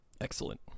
Excellent